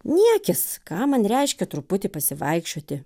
niekis ką man reiškia truputį pasivaikščioti